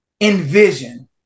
envision